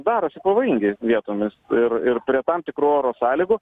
darosi pavojingi vietomis ir ir prie tam tikrų oro sąlygų